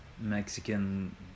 Mexican